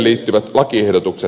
arvoisa puhemies